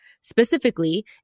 specifically